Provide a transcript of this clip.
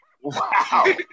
Wow